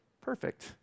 perfect